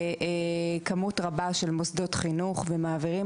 לכמות רבה של מוסדות חינוך ומעבירים